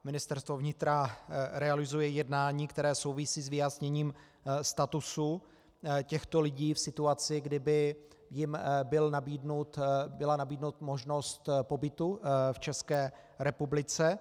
Ministerstvo vnitra realizuje jednání, které souvisí s vyjasněním statusu těchto lidí v situaci, kdyby jim byla nabídnuta možnost pobytu v České republice.